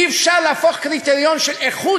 אי-אפשר להפוך קריטריון של איכות